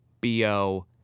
BO